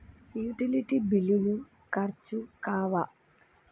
Utility బిల్లులు ఖర్చు కావా?